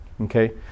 Okay